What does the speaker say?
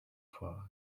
for